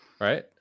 right